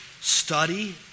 study